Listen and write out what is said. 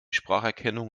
spracherkennung